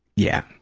yeah.